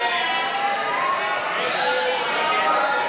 סעיף 54,